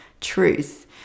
truth